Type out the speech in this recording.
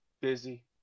busy